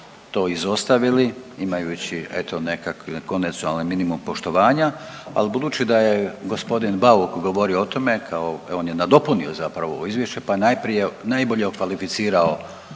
to izostavili imajući eto nekakav konvencionalni minimum poštovanja, ali budući da je g. Bauk govorio o tome kao on je nadopunio zapravo izvješće pa je najbolje okvalificirao